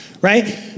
right